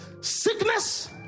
sickness